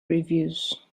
reviews